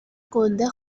گنده